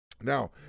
now